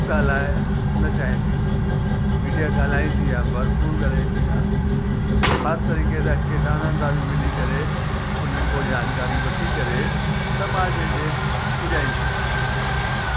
ॻाल्हाइण न चाहींदी हूंदी मीडिया ॻाल्हाईंदी आहे भरपूरु ॻाल्हाईंदी आहे हर तरीक़े सां किसाननि सां बि मिली करे उन्हनि खे जानकारी वठी करे समाज जे पुॼाईंदी आहे